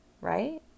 right